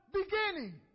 beginning